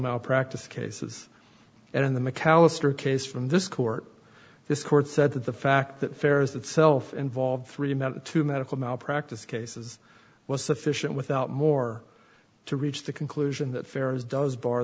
malpractise cases and in the macalister case from this court this court said that the fact that fairs itself involved three men to medical malpractise cases was sufficient without more to reach the conclusion that fair is does bar